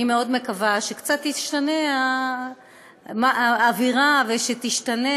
אני מאוד מקווה שקצת תשתנה האווירה ושישתנו